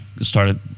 started